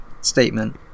statement